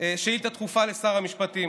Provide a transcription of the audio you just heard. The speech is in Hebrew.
שאילתה דחופה לשר המשפטים.